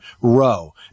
row